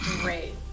Great